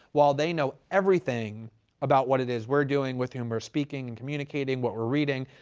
while they know everything about what it is we're doing, with whom we're speaking and communicating, what we're reading.